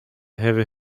heavy